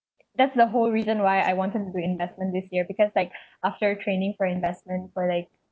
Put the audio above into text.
that's the whole reason why I wanted to do investment this year because like after training for investment for like